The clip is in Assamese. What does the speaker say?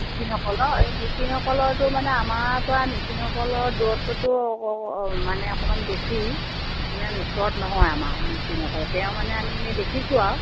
মিচিংসকলৰ এই মিচিংসকলৰতো মানে আমাৰ পৰা মিচিংসকলৰ দূৰত্বতো মানে অকণমান বেছি ইমান ওচৰত নহয় আমাৰ মিচিংসকলৰ তেওঁ মানে আমি এনেই দেখিছোঁ আৰু